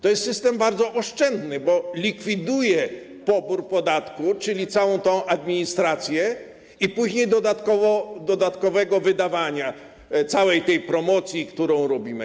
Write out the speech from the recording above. To jest system bardzo oszczędny, bo likwiduje pobór podatku, czyli całą tę administrację, i później dodatkowe wydawanie, całą tę promocję, którą robimy.